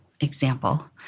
example